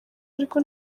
ariko